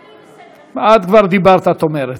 אני, את כבר דיברת, את אומרת.